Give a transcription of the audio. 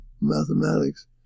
mathematics